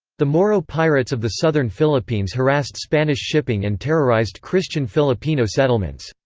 the moro pirates of the southern philippines harassed spanish shipping and terrorized christian filipino settlements.